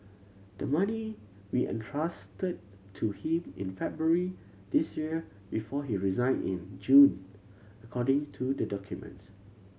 the money will entrusted to him in February this year before he resigned in June according to the documents